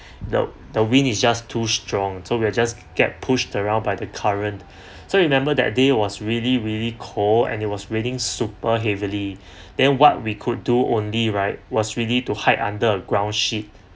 the the wind is just too strong so we are just get pushed around by the current so you remember that day was really really cold and it was raining super heavily then what we could do only right was really to hide under a ground sheet